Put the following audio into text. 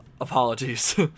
apologies